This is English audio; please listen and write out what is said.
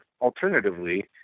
alternatively